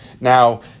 now